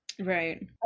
Right